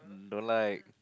don't like